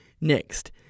next